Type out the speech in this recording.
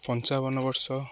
ପଞ୍ଚାବନ ବର୍ଷ